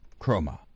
Chroma